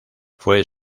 fue